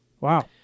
Wow